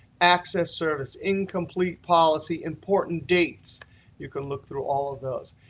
access service, incomplete policy, important dates you can look through all of those.